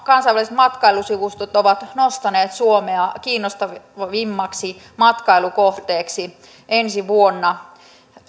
kansainväliset matkailusivustot ovat nostaneet suomea kiinnostavimmaksi matkailukohteeksi ensi vuonna